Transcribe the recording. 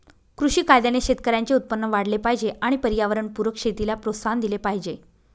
कृषी कायद्याने शेतकऱ्यांचे उत्पन्न वाढले पाहिजे आणि पर्यावरणपूरक शेतीला प्रोत्साहन दिले पाहिजे